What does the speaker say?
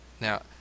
Now